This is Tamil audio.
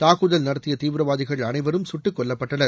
தாக்குதல் நடத்திய தீவிரவாதிகள் அனைவரும் கட்டுக் கொல்லப்பட்டனர்